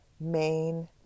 main